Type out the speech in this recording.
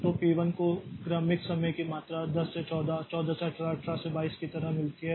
तो P 1 को क्रमिक समय की मात्रा 10 से 14 14 से 18 18 से 22 की तरह मिलती है